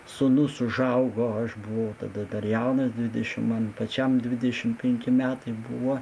sūnus užaugo aš buvau tada dar jaunas dvidešimt man pačiam dvidešimt penki metai buvo